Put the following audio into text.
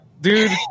dude